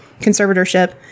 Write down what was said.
conservatorship